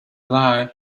lie